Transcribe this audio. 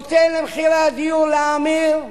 נותן למחירי הדיור להאמיר,